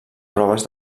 proves